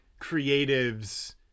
creatives